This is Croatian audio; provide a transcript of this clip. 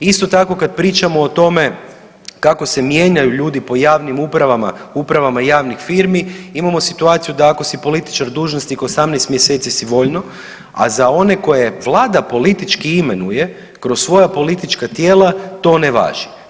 Isto tako kad pričamo o tome kako se mijenjaju ljudi po javnim upravama, upravama javnih firmi imamo situaciju da ako si političar i dužnosnik 18 mjeseci si voljno, a za one koje vlada politički imenuje kroz svoja politička tijela to ne važi.